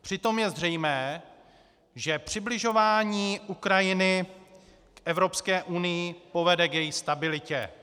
Přitom je zřejmé, že přibližování Ukrajiny Evropské unii povede k její stabilitě.